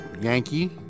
Yankee